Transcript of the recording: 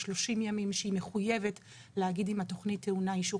30 ימים שהיא מחויבת להגיד אם התכנית טעונה אישור.